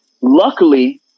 Luckily